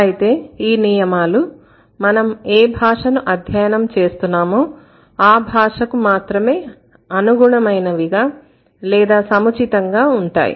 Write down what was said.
అయితే ఈ నియమాలు మనం ఏ భాషను అధ్యయనం చేస్తున్నామో ఆ భాషకు మాత్రమే అనుగుణమైనవిగా లేదా సముచితంగా ఉంటాయి